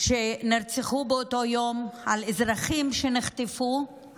שנרצחו באותו יום, על אזרחים שנחטפו,